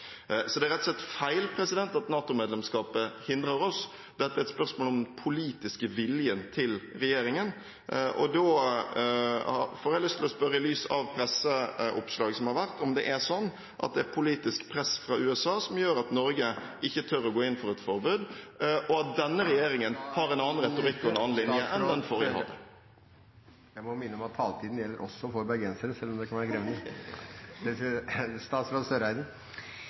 Så det er rett og slett feil at NATO-medlemskapet hindrer oss. Det er spørsmål om den politiske viljen til regjeringen. Jeg får lyst til å spørre – i lys av presseoppslag som har vært – om det er slik at det er et politisk press fra USA som gjør at Norge ikke tør å gå inn for et forbud, og at denne regjeringen har en annen retorikk og en annen linje enn det den forrige hadde. Presidenten må minne om at taletiden gjelder også for bergensere, selv om det kan være